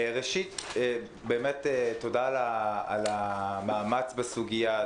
ראשית, באמת תודה על המאמץ בסוגיה.